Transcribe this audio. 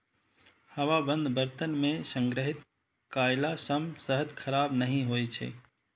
हवाबंद बर्तन मे संग्रहित कयला सं शहद खराब नहि होइ छै